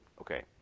okay